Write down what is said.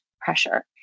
pressure